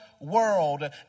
world